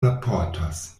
raportas